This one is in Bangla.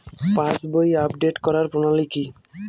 পাসবই আপডেট করার প্রণালী কি?